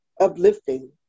uplifting